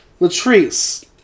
Latrice